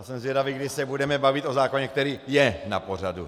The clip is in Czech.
Jsem zvědavý, kdy se budeme bavit o zákoně, který je na pořadu.